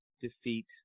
defeat